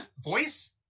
voice